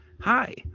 Hi